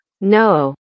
No